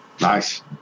Nice